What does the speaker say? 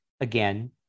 again